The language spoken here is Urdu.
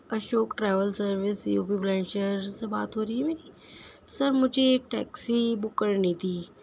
Ashok travels service U P Bulandshahr سے بات ہو رہی ہے میری سر مجھے ایک ٹیکسی بک کرنی تھی